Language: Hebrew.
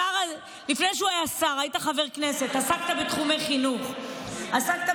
לפני שהיית שר היית חבר הכנסת ועסקת בתחומי חינוך וכלכלה,